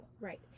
Right